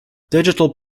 digital